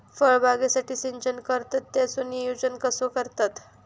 फळबागेसाठी सिंचन करतत त्याचो नियोजन कसो करतत?